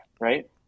right